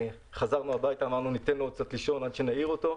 חזרנו הביתה ואמרנו שניתן לו לישון עוד קצת עד שנעיר אותו.